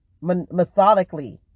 methodically